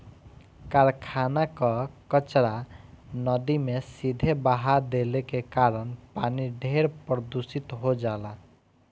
कारखाना कअ कचरा नदी में सीधे बहा देले के कारण पानी ढेर प्रदूषित हो जाला